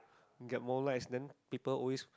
get more likes then people always